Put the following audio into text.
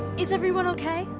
is everyone okay?